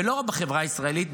ולא רק בחברה הישראלית,